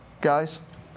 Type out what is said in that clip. Guys